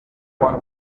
juan